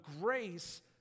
grace